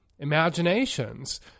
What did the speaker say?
Imaginations